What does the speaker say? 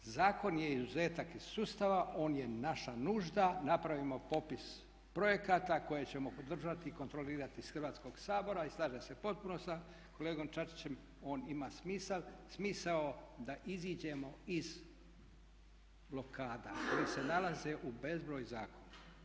Zakon je izuzetak iz sustava, on je naša nužda, napravimo popis projekata koje ćemo podržati i kontrolirati iz Hrvatskog sabora i slažem se potpuno sa kolegom Čačićem on ima smisao da iziđemo iz blokada koji se nalaze u bezbroj zakona.